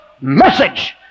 message